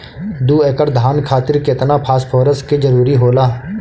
दु एकड़ धान खातिर केतना फास्फोरस के जरूरी होला?